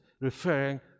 referring